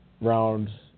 round